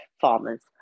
farmers